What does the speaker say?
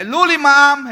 העלו לי מע"מ,